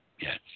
Yes